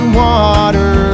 water